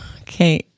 Okay